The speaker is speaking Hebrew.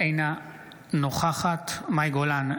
אינה נוכחת מאי גולן,